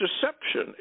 deception